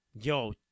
Yo